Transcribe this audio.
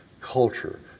culture